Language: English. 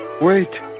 Wait